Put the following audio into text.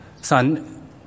son